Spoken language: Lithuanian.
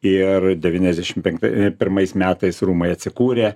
ir devyniasdešim penkt pirmais metais rūmai atsikūrė